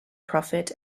profit